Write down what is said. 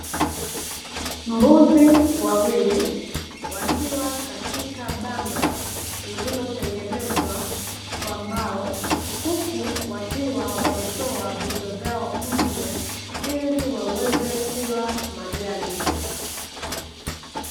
Mbuzi wawili, wakiwa katika banda lililotengenezwa kwa mbao, huku wakiwa wametoa vichwa vyao nje, ili waweze kula majani.